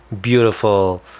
beautiful